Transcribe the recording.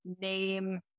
name